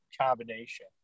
combination